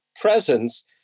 presence